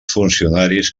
funcionaris